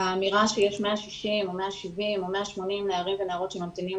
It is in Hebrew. האמירה שיש 160 או 170 או 180 נערים ונערות שממתינים